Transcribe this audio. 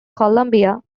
columbia